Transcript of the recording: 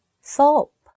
Soap